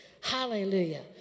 Hallelujah